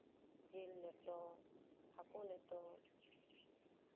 ᱡᱮᱞ ᱞᱮᱴᱚ ᱦᱟᱹᱠᱩ ᱞᱮᱴᱚ